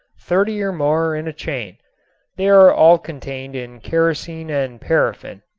thirty or more in a chain they are all contained in kerosene and paraffin.